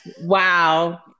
Wow